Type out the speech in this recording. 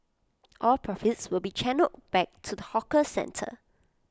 all profits will be channelled back to the hawker centre